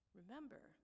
Remember